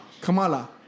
Kamala